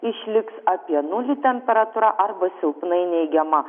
išliks apie nulį temperatūra arba silpnai neigiama